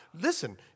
Listen